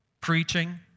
preaching